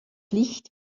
licht